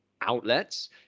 outlets